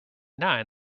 nine